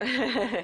תודה רבה.